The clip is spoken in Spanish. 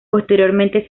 posteriormente